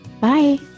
bye